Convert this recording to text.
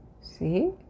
See